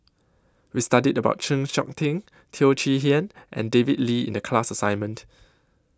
We studied about Chng Seok Tin Teo Chee Hean and David Lee in The class assignment